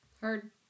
Heard